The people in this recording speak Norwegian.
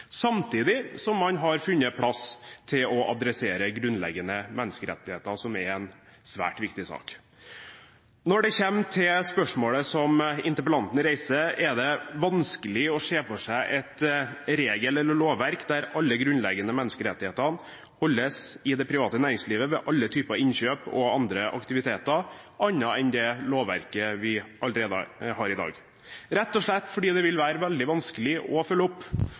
samtidig som man har funnet plass til å adressere grunnleggende menneskerettigheter, som er en svært viktig sak. Når det kommer til spørsmålet som interpellanten reiser, er det vanskelig å se for seg et regel- eller lovverk der alle grunnleggende menneskerettigheter overholdes i det private næringslivet ved alle typer innkjøp og andre aktiviteter, annet enn det lovverket vi har i dag – rett og slett fordi det vil være veldig vanskelig å følge opp.